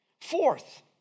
Fourth